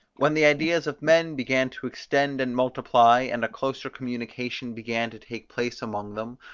when the ideas of men began to extend and multiply, and a closer communication began to take place among them,